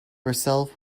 herself